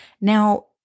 Now